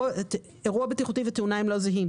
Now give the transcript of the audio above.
אירוע בטיחותי ותאונה הם לא זהים.